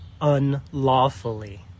unlawfully